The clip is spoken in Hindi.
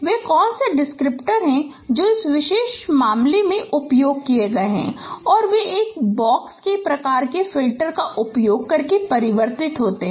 वे कौन से डिटेक्टर हैं जो इस विशेष मामले में उपयोग किए गए हैं और वे एक बॉक्स प्रकार फिल्टर का उपयोग करके परिवर्तित होते हैं